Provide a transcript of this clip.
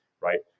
right